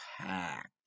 packed